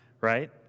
Right